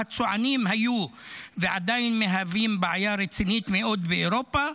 הצוענים היו ועדיין מהווים בעיה רצינית מאוד באירופה,